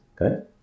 Okay